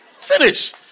Finish